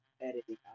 Editing